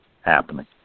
happening